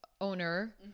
owner